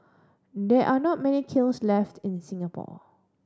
there are not many kilns left in Singapore